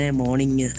morning